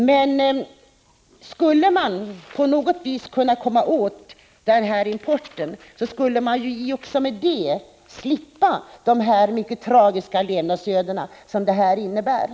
Men skulle man på något sätt kunna förhindra den här importen kunde vi också undvika de tragiska levnadsöden som den för med sig.